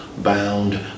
bound